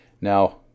Now